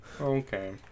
Okay